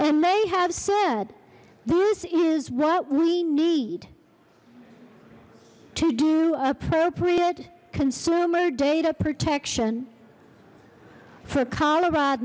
and they have said this is what we need to do appropriate consumer data protection for colorad